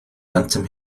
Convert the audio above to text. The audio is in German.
ganzem